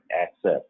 access